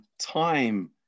Time